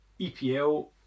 EPL